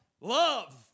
Love